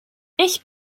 ich